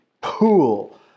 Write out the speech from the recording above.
pool